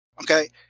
okay